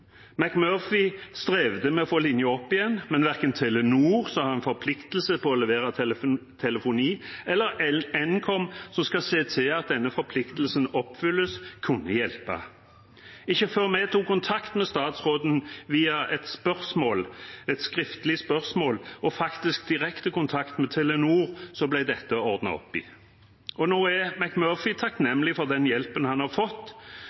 strevde med å få linjen opp igjen, men verken Telenor, som har en forpliktelse til å levere telefoni, eller Nkom, som skal se til at denne forpliktelsen oppfylles, kunne hjelpe. Ikke før vi tok kontakt med statsråden via et skriftlig spørsmål og faktisk tok direkte kontakt med Telenor, ble dette ordnet opp i. Nå er Murphree takknemlig for den hjelpen han har fått,